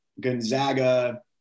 Gonzaga